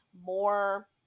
more